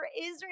Israel